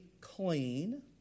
clean